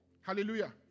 Hallelujah